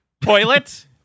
toilet